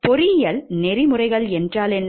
பொறியியல் நெறிமுறைகள் என்றால் என்ன